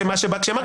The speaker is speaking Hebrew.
מה שבקשי אמר?